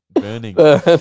burning